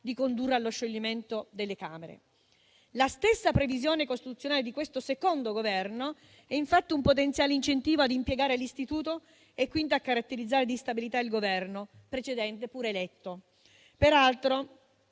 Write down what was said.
di condurre allo scioglimento delle Camere. La stessa previsione costituzionale di questo secondo Governo è, infatti, un potenziale incentivo ad impiegare l'istituto e quindi a caratterizzare di instabilità il Governo precedente, pure eletto. Peraltro